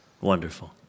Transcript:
Wonderful